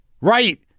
right